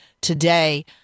today